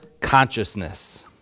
consciousness